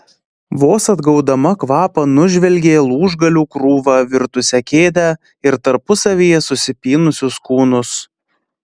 vos atgaudama kvapą nužvelgė lūžgalių krūva virtusią kėdę ir tarpusavyje susipynusius kūnus